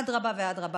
אדרבה ואדרבה,